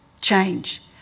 change